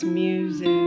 music